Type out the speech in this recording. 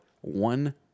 one